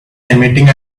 emitting